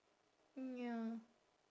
mm ya